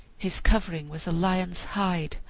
his covering was a lion's hide,